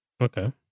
Okay